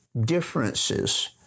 Differences